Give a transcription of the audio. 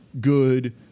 good